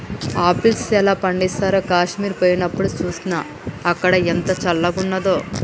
apples ఎలా పండిస్తారో కాశ్మీర్ పోయినప్డు చూస్నా, అక్కడ ఎంత చల్లంగున్నాదో